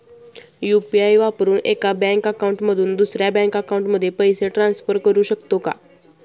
UPI वापरून एका bank account मधून दुसऱ्या बँक अकाउंटमध्ये पैसे ट्रान्सफर करू शकतो का?